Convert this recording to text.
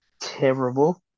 terrible